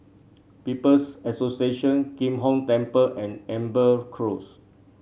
People's Association Kim Hong Temple and Amber Close